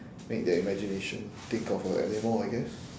make their imagination think of a animal I guess